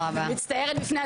הישיבה ננעלה בשעה